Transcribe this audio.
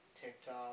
TikTok